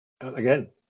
again